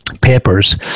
papers